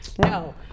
No